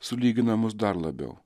sulygina mus dar labiau